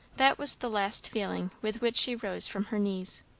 that was the last feeling with which she rose from her knees.